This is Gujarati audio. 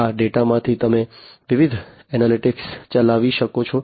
આ ડેટામાંથી તમે વિવિધ એનાલિટિક્સ ચલાવી શકો છો